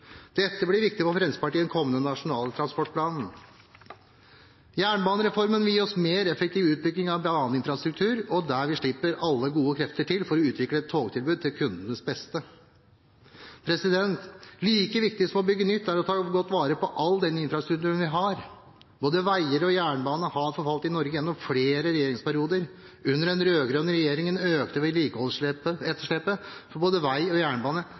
Dette blir viktig for Fremskrittspartiet i den kommende nasjonale transportplanen. Jernbanereformen vil gi oss en mer effektiv utbygging av baneinfrastruktur, der vi slipper alle gode krefter til for å utvikle et togtilbud til kundenes beste. Like viktig som å bygge nytt er å ta godt vare på all den infrastrukturen vi har. Både veier og jernbane har forfalt i Norge gjennom flere regjeringsperioder. Under den rød-grønne regjeringen økte vedlikeholdsetterslepet på både vei og jernbane